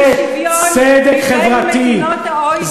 על-ידי כך שישראל הראשונה באי-שוויון בין מדינות ה-OECD,